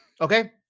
okay